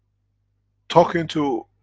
talking to